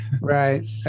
right